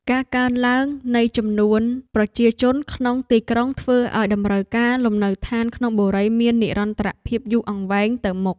ការកើនឡើងនៃចំនួនប្រជាជនក្នុងទីក្រុងធ្វើឱ្យតម្រូវការលំនៅឋានក្នុងបុរីមាននិរន្តរភាពយូរអង្វែងទៅមុខ។